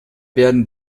werden